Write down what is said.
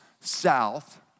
south